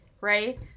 right